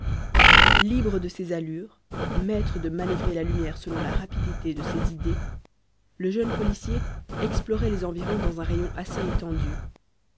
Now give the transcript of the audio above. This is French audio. libre de ses allures maître de manœuvrer la lumière selon la rapidité de ses idées le jeune policier explorait les environs dans un rayon assez étendu